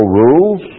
rules